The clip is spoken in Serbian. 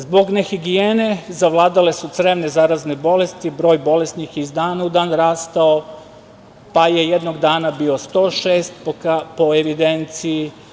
Zbog nehigijene zavladale su crevne zarazne bolesti, broj bolesnih je iz dana u dan rastao, pa je jednog dana bio 106 po evidenciji.